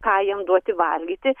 ką jiem duoti valgyti